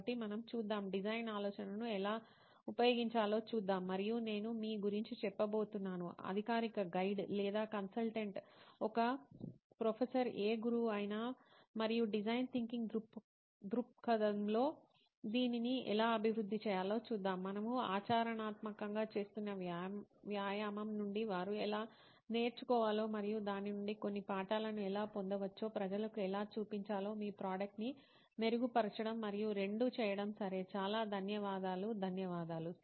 కాబట్టి మనం చూద్దాం డిజైన్ ఆలోచనను ఎలా ఉపయోగించాలో చూద్దాం మరియు నేను మీ గురించి చెప్పబోతున్నాను అధికారిక గైడ్ లేదా కన్సల్టెంట్ ఓకే ప్రొఫెసర్ ఏ గురువు అయినా మరియు డిజైన్ థింకింగ్ దృక్పథంలో దీనిని ఎలా అభివృద్ధి చేయాలో చూద్దాం మనము ఆచరణాత్మకంగా చేస్తున్న వ్యాయామం నుండి వారు ఎలా నేర్చుకోవాలో మరియు దాని నుండి కొన్ని పాఠాలను ఎలా పొందవచ్చో ప్రజలకు ఎలా చూపించాలో మీ ప్రోడక్ట్ ని మెరుగుపరచడం మరియు రెండు చేయడం సరే చాలా ధన్యవాదాలు ధన్యవాదాలు